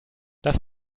das